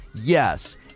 Yes